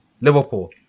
Liverpool